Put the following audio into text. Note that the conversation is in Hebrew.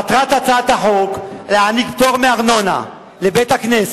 מטרת הצעת החוק להעניק פטור מארנונה לבית-הכנסת,